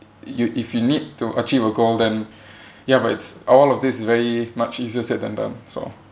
you if you need to achieve a goal then ya but it's all of this is very much easier said than done so